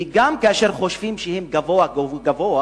כי גם כאשר הם חושבים שהם גבוה גבוה,